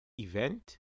event